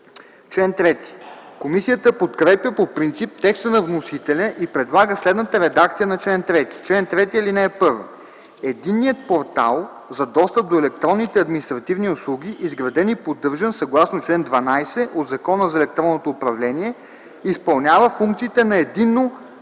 Комисията подкрепя по принцип текста на вносителя и предлага следната редакция на чл. 3: „Чл. 3. (1) Единният портал за достъп до електронните административни услуги, изграден и поддържан съгласно чл. 12 от Закона за електронното управление, изпълнява функциите на Единно